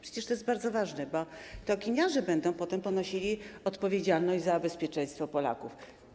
Przecież to jest bardzo ważne, bo to kiniarze będą potem ponosili odpowiedzialność za bezpieczeństwo Polaków.